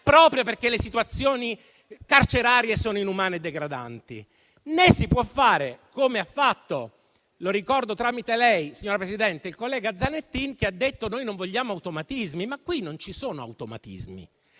proprio perché le situazioni carcerarie sono inumane e degradanti. Né si può fare come ha fatto il collega Zanettin - lo ricordo tramite lei, signora Presidente - il quale ha detto: noi non vogliamo automatismi. Ma qui non ci sono automatismi,